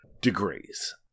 degrees